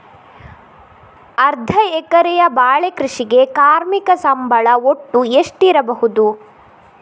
ಅರ್ಧ ಎಕರೆಯ ಬಾಳೆ ಕೃಷಿಗೆ ಕಾರ್ಮಿಕ ಸಂಬಳ ಒಟ್ಟು ಎಷ್ಟಿರಬಹುದು?